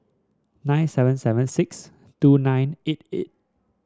nine seven seven six two nine eight eight